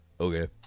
okay